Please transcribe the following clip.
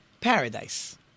paradise